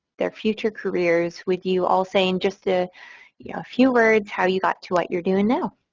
their future careers, with you all saying just a yeah few words how you got to what you're doing now.